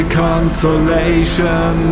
consolation